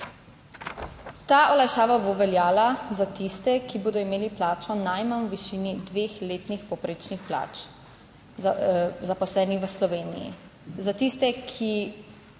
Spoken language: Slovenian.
Ta olajšava bo veljala za tiste, ki bodo imeli plačo najmanj v višini dveh letnih povprečnih plač zaposlenih v Sloveniji za tiste, ki